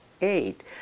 eight